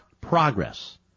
progress